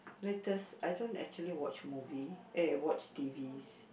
latest I don't actually watch movies i watch T_Vs